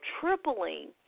tripling